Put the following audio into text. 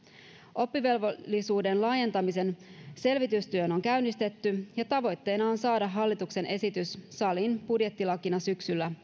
oppivelvollisuuden laajentamisen selvitystyö on käynnistetty ja tavoitteena on saada hallituksen esitys saliin budjettilakina syksyllä